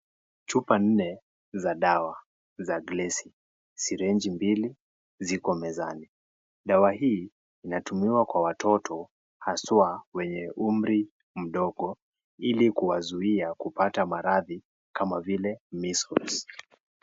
Chupa nne za dawa za glesi, sirengi mbili ziko mezani. Dawa hii inatumiwa kwa watoto haswa wenye umri mdogo ili kuwazuia kupata maradhi kama vile Measles.